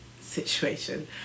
situation